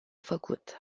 făcut